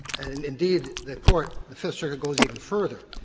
indeed, the court, the fifth circuit goes even further,